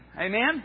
Amen